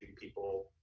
people